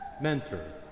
mentor